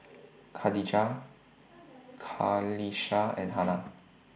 Khadija Qalisha and Hana